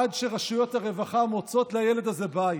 עד שרשויות הרווחה מוצאות לילד הזה בית.